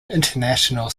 international